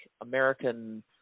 american